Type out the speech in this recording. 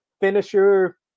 finisher